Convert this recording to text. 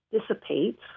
dissipates